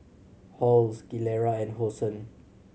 Halls Gilera and Hosen